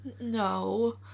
No